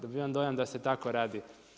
Dobivam dojam da se tako radi.